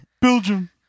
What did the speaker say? Belgium